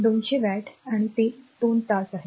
200 watt आणि ते 2 तास आहे